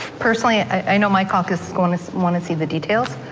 personally, i know my caucus want to see the details.